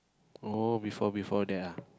oh before before that ah